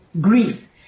grief